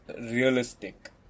realistic